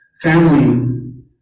Family